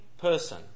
person